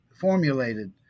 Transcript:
formulated